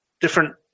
different